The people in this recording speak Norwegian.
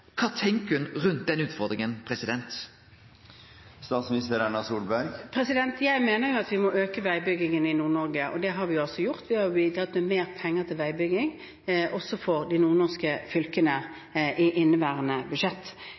rundt den utfordringa? Jeg mener vi må øke veibyggingen i Nord-Norge, og det har vi også gjort; vi har bidratt med mer penger til veibygging, også for de nordnorske fylkene, i inneværende budsjett.